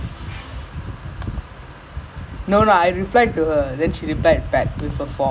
I got the same message what or its நீ ஏதோ அனுப்பினியா அவள்ட:nee edho annuppiniyaa avalta